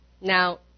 Now